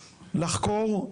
לחקור,